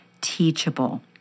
teachable